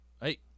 hey